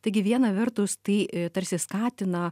taigi viena vertus tai tarsi skatina